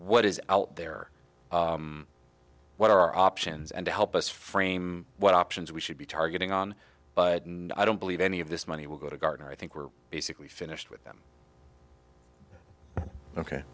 what is out there what are our options and to help us frame what options we should be targeting on but and i don't believe any of this money will go to gardner i think we're basically finished with them ok